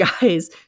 guys